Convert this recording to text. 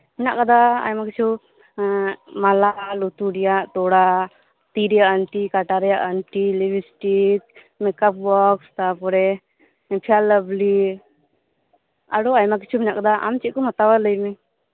ᱢᱮᱱᱟᱜ ᱟᱠᱟᱫᱟ ᱟᱭᱢᱟ ᱠᱤᱪᱷᱩ ᱢᱟᱞᱟ ᱞᱩᱛᱩᱨ ᱨᱮᱭᱟᱜ ᱛᱚᱲᱟ ᱛᱤᱨᱮᱭᱟᱜ ᱟᱹᱱᱴᱤ ᱠᱟᱴᱟ ᱨᱮᱭᱟᱜ ᱟᱹᱱᱴᱤ ᱞᱤᱵᱤᱥᱴᱤᱠ ᱢᱮᱠᱟᱯ ᱵᱚᱠᱥ ᱛᱟᱯᱚᱨᱮ ᱯᱷᱮᱭᱟᱨ ᱞᱟᱵᱷᱞᱤ ᱟᱨᱦᱚᱸ ᱟᱭᱢᱟᱠᱤᱪᱷᱩ ᱢᱮᱱᱟᱜ ᱟᱠᱟᱫᱟ ᱟᱢ ᱪᱮᱫᱠᱩᱢ ᱦᱟᱛᱟᱣᱟ ᱞᱟᱹᱭᱢᱮ